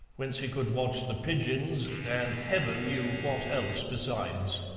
whence he could watch the pigeons and heaven knew what else besides.